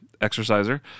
exerciser